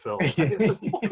film